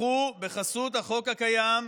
בחסות החוק הקיים,